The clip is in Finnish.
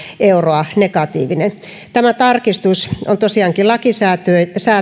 euroa negatiivinen tämä tarkistus on tosiaankin lakisääteinen